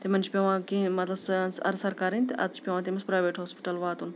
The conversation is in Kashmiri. تِمَن چھِ پٮ۪وان کینٛہہ مطلب سہَ اَرٕ سَر کَرٕنۍ تہٕ اَدٕ چھِ پٮ۪وان تٔمِس پرٛیویٹ ہوسپِٹَل واتُن